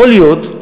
יכול להיות,